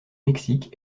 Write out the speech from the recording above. mexique